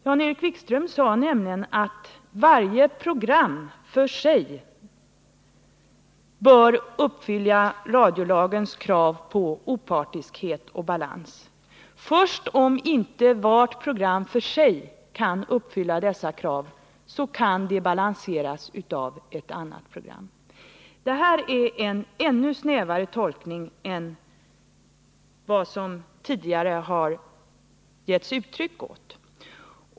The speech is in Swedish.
Jan-Erik Wikström sade nämligen att varje program för sig bör uppfylla radiolagens krav på opartiskhet och balans. Först om inte ett program för sig kan uppfylla dessa krav, så kan det balanseras av ett annat program. Detta är en ännu snävare tolkning än man tidigare har gett uttryck åt.